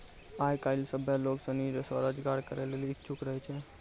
आय काइल सभ्भे लोग सनी स्वरोजगार करै लेली इच्छुक रहै छै